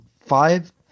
five